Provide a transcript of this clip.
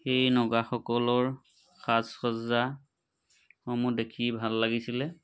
সেই নগাসকলৰ সাজ সজ্জাসমূহ দেখি ভাল লাগিছিলে